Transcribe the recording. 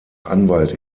anwalt